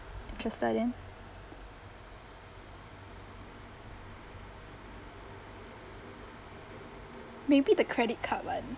interested in maybe the credit card [one]